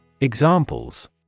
Examples